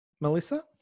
Melissa